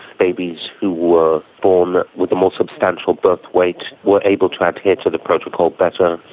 babies who were born with a more substantial birthweight were able to adhere to the protocol better.